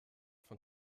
von